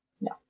No